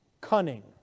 cunning